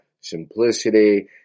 simplicity